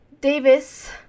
Davis